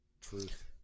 Truth